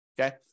Okay